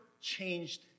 changed